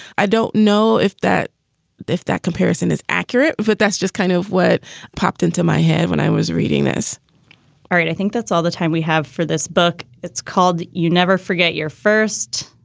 i don't know if that if that comparison is accurate, but that's just kind of what popped into my head when i was reading this all right. i think that's all the time we have for this book. it's called you never forget your first.